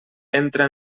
entra